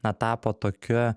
na tapo tokiu